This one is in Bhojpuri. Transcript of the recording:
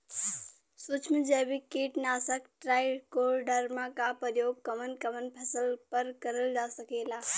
सुक्ष्म जैविक कीट नाशक ट्राइकोडर्मा क प्रयोग कवन कवन फसल पर करल जा सकेला?